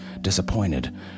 disappointed